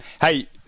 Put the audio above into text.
Hey